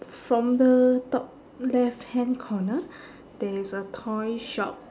from the top left hand corner there is a toy shop